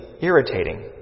irritating